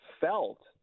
felt